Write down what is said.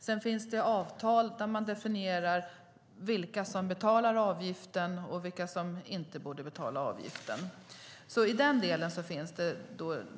Sedan finns det avtal där man definierar vilka som betalar avgiften och vilka som inte borde betala avgiften.